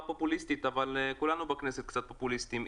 פופוליסטית אבל כולנו בכנסת קצת פופוליסטים.